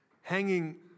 hanging